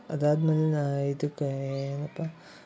ಅದಾದ ಮೇಲೆ ನಾನು ಇದಕ್ಕೆ ಏನಪ್ಪ